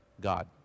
God